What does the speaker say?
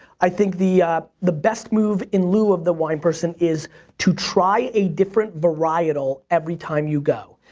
i think the the best move in lieu of the wine person is to try a different varietal every time you go.